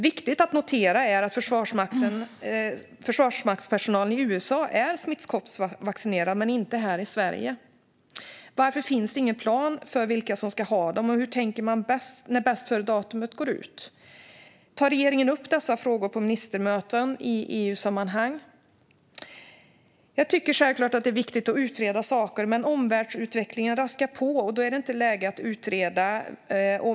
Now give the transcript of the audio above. Viktigt att notera är att försvarsmaktspersonalen i USA är smittkoppsvaccinerad, men så är det inte här i Sverige. Varför finns det ingen plan för vilka som ska ha vaccin, och hur tänker man när bästföredatumet går ut på det? Tar regeringen upp dessa frågor på ministermöten i EU-sammanhang? Jag tycker självklart att det är viktigt att utreda saker. Men omvärldsutvecklingen raskar på, och då är det inte läge att utreda.